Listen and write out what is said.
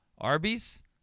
Arby's